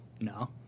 No